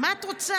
מה את רוצה?